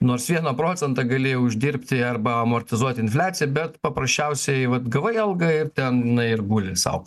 nors vieną procentą galėjo uždirbti arba amortizuoti infliaciją bet paprasčiausiai vat gavai algą ir ten ir guli sau